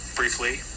briefly